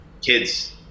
kids